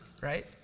Right